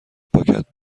پاکت